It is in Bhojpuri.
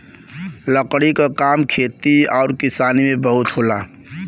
लकड़ी क काम खेती आउर किसानी में बहुत होला